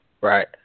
Right